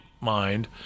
mind